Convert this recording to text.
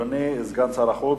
אם כך,